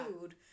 food